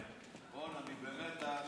רון, אני במתח.